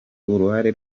uruhare